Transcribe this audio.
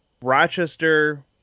rochester